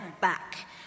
back